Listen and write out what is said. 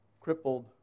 crippled